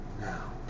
now